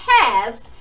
past